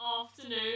afternoon